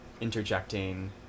interjecting